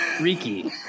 Ricky